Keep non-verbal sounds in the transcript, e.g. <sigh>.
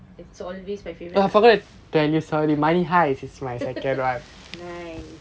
it's always my favourite <laughs> right